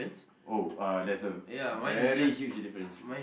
oh uh there's a very huge difference